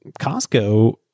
Costco